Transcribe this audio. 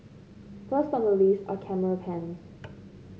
first on the list are camera pens